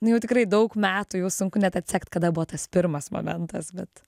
nu jau tikrai daug metų jau sunku net atsekt kada buvo tas pirmas momentas bet